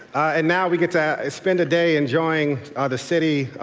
and now we get to spend a day enjoying the city,